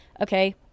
Okay